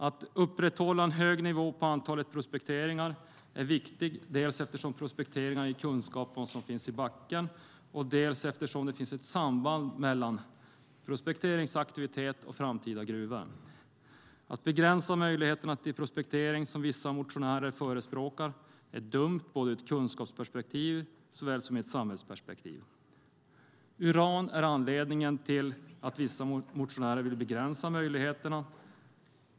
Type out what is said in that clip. Att upprätthålla en hög nivå på antalet prospekteringar är viktigt, dels eftersom prospekteringarna ger kunskap om vad som finns i backen, dels eftersom det finns ett samband mellan prospekteringsaktivitet och framtida gruvor. Att begränsa möjligheterna till prospektering, som vissa motionärer förespråkar, är dumt både ur ett kunskapsperspektiv och ur ett samhällsperspektiv. Uran är anledningen till att vissa motionärer vill begränsa möjligheterna.